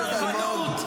חבר הכנסת אלמוג.